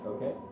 Okay